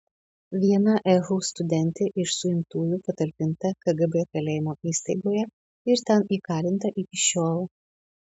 viena ehu studentė iš suimtųjų patalpinta kgb kalėjimo įstaigoje ir ten įkalinta iki šiol